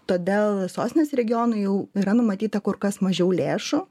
todėl sostinės regionui jau yra numatyta kur kas mažiau lėšų